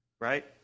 right